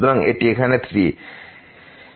সুতরাং এটি এখানে 3